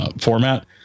format